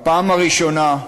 הפעם הראשונה,